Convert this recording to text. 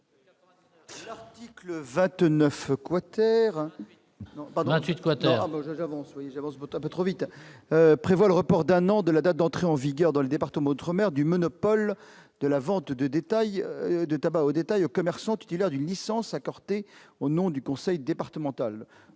L'article 28 prévoit le report d'un an de la date d'entrée en vigueur dans les départements d'outre-mer du monopole de la vente de tabac au détail aux commerçants titulaires d'une licence accordée au nom du conseil départemental.